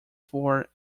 four